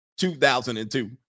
2002